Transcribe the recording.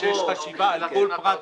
אבל זה רק ממחיש שיש חשיבה על כל פרט ופרט.